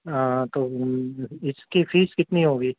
تو ان اس کی فیس کتنی ہوگی